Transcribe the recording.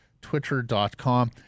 twitter.com